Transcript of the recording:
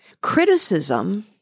Criticism